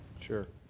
sure.